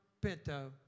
Pinto